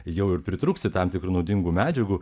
jau ir pritrūksi tam tikrų naudingų medžiagų